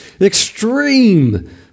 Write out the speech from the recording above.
extreme